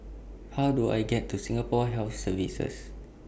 How Do I get to Singapore Health Services